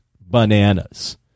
bananas